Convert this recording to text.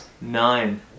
nine